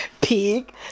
pig